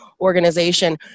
organization